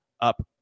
up